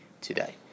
today